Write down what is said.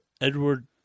Edward